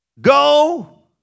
go